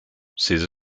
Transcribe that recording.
ses